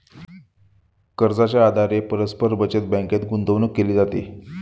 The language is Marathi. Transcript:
कर्जाच्या आधारे परस्पर बचत बँकेत गुंतवणूक केली जाते